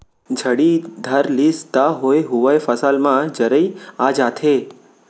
झड़ी धर लिस त होए हुवाय फसल म जरई आ जाथे